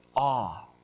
awe